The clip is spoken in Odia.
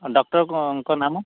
ଆଉ ଡକ୍ଟର୍ଙ୍କ ନାମ